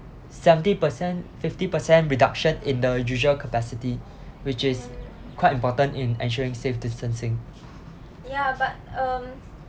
seventy percent fifty percent reduction in the usual capacity which is quite important in ensuring safe distancing